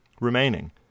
remaining